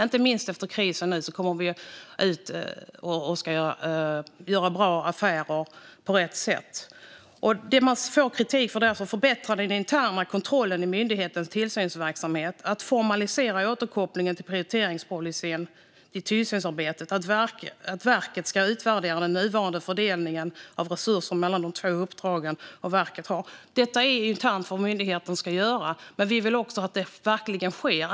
Inte minst när vi kommer ur krisen ska vi göra bra affärer på rätt sätt. Kritiken gäller att verket ska förbättra den interna kontrollen i myndighetens tillsynsverksamhet, formalisera återkopplingen till prioriteringspolicyn från tillsynsarbetet och utvärdera nuvarande fördelning av resurser mellan de två uppdrag som verket har. Det är vad myndigheten ska göra internt. Men vi vill också att det verkligen sker.